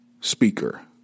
speaker